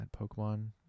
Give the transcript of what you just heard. Pokemon